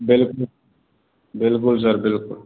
बिल्कुल बिल्कुल सर बिल्कुल